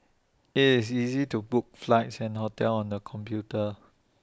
IT is easy to book flights and hotels on the computer